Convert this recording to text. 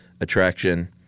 attraction